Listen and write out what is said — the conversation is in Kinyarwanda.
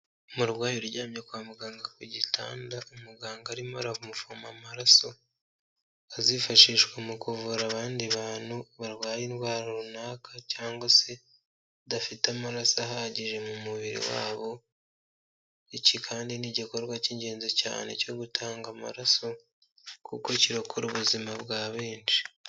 Umurwayi uryamye kwa muganga ku gitanda, umuganga arimo aramuvoma amaraso azifashishwa mu kuvura abandi bantu barwaye indwara runaka cyangwa se badafite amaraso ahagije mu mubiri wabo, iki kandi ni igikorwa cy'ingenzi cyane cyo gutanga amaraso kuko kirokora ubuzima bwa benshi.